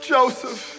Joseph